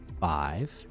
five